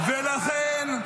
לכן,